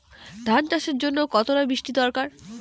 ধান চাষের জন্য কতটা বৃষ্টির দরকার?